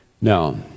Now